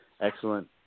excellent